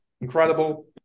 incredible